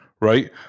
Right